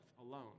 alone